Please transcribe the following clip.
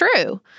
true